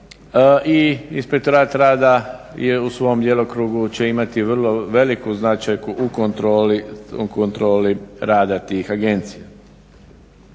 I inspektorat rada je u svom djelokrugu će imati vrlo veliku značajku u kontroli rada tih agencija.